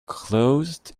closed